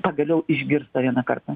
pagaliau išgirsta vieną kartą